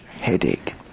headache